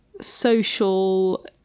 social